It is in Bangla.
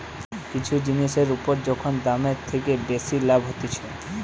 কিছু জিনিসের উপর যখন দামের থেকে বেশি লাভ হতিছে